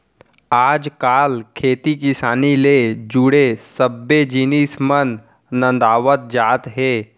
आज काल खेती किसानी ले जुड़े सब्बे जिनिस मन नंदावत जात हें